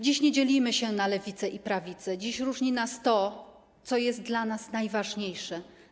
Dziś nie dzielimy się na lewicę i prawicę, dziś różni nas to, co jest dla nas najważniejsze.